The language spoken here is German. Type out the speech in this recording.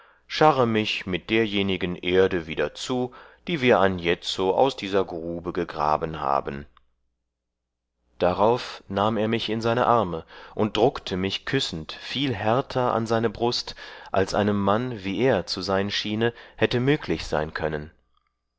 scharre mich mit derjenigen erde wieder zu die wir anjetzo aus dieser grube gegraben haben darauf nahm er mich in seine arme und druckte mich küssend viel härter an seine brust als einem mann wie er zu sein schiene hätte müglich sein können